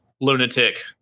Lunatic